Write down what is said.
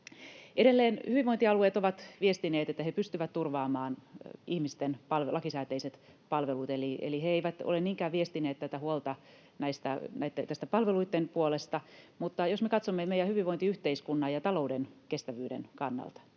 Edelleen hyvinvointialueet ovat viestineet, että he pystyvät turvaamaan ihmisten lakisääteiset palvelut. Eli he eivät ole niinkään viestineet tätä huolta näitten palveluitten puolesta, mutta jos me katsomme meidän hyvinvointiyhteiskunnan ja talouden kestävyyden kannalta,